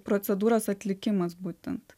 procedūros atlikimas būtent